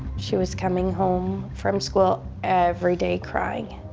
she was coming home from school every day crying.